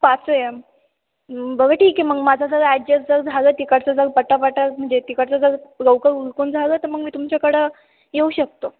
पाच येम बरं ठीक आहे मग माझं जर ॲडजस्ट जर झालं तिकडचं जर पटपट म्हणजे तिकडचं जर लवकर उरकून झालं तर मग मी तुमच्याकडं येऊ शकतो